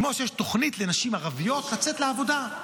כמו שיש תוכנית לנשים ערביות לצאת לעבודה,